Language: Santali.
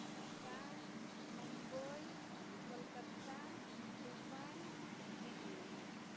ᱰᱷᱟᱠᱟ ᱢᱩᱢᱵᱟᱭ ᱠᱳᱞᱠᱟᱛᱟ ᱫᱩᱵᱟᱭ ᱫᱤᱞᱞᱤ